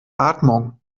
atmung